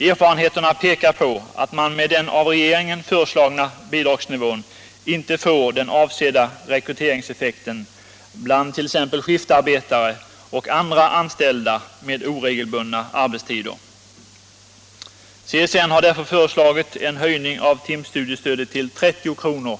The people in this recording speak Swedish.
Erfarenheterna pekar på att man med den av regeringen föreslagna bidragsnivån inte får den avsedda rekryteringseffekten bland t.ex. skiftarbetare och andra anställda med oregelbundna arbetstider. 195 CSN har därför föreslagit en höjning av timstudiestödet till 30 kr.